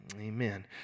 Amen